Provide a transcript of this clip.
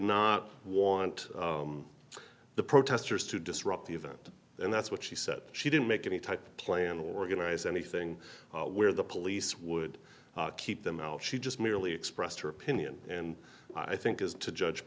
not want the protesters to disrupt the event and that's what she said she didn't make any type of plan organize anything where the police would keep them out she just merely expressed her opinion and i think is to judge